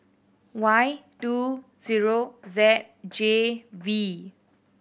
Y two zero Z J V